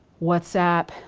whatsapp,